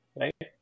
right